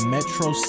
Metro